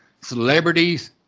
celebrities